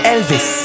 Elvis